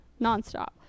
nonstop